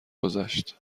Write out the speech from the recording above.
گذشت